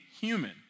human